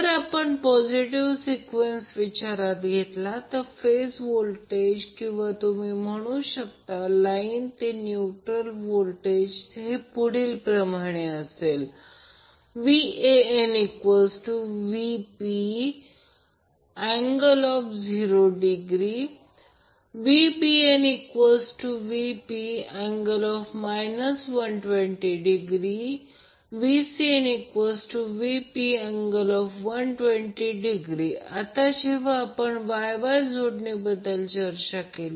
जर आपण positive sequence विचारात घेतला तर फेज व्होल्टेज किंवा तुम्ही म्हणू शकता लाईन ते न्यूट्रल व्होल्टेज पुढील प्रमाणे असेल VanVp∠0° VbnVp∠ 120° VcnVp∠120° आता जेव्हा आपण Y Y जोडणीबद्दल चर्चा केली